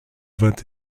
vingt